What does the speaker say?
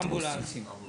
אמבולנסים.